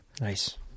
Nice